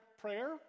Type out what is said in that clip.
prayer